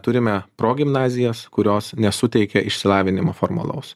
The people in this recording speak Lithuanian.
turime progimnazijas kurios nesuteikia išsilavinimo formalaus